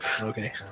Okay